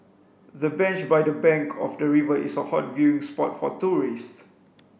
the bench by the bank of the river is a hot viewing spot for tourists